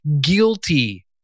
guilty